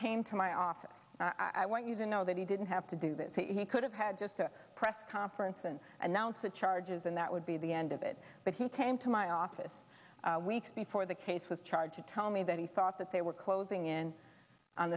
came to my office i want you to know that he didn't have to do this he could have had just a press conference and announce the charges and that would be the end of it but he came to my office weeks before the case was charged to tell me that he thought that they were closing in on